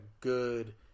good